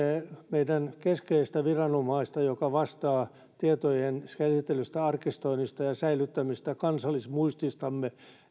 meidän keskeistä viranomaistamme joka vastaa tietojen käsittelystä arkistoinnista ja säilyttämisestä kansallismuististamme